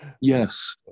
Yes